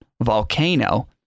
Volcano